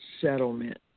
settlement